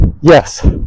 yes